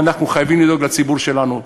ואנחנו חייבים לדאוג לציבור שלנו,